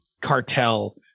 cartel